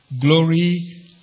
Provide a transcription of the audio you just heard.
glory